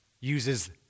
uses